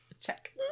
Check